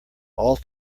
all